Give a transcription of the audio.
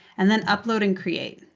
and then upload and create.